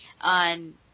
on